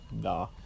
Nah